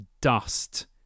dust